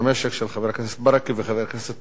של חבר הכנסת ברכה ושל חבר הכנסת טיבי.